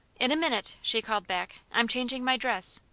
in a minute! she called back. i'm changing my dress.